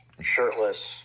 shirtless